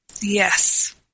Yes